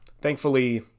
thankfully